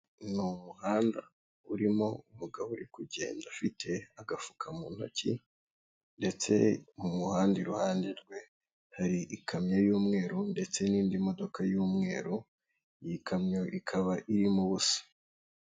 Ni umuhanda urimo umugabo uri kugenda afite agafuka mu ntoki ndetse mu muhanda iruhande rwe hari ikamyo y'umweru ndetse n'indi modoka y'umweru, iyi kamyo ikaba irimo ubusa.